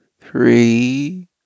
three